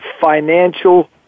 financial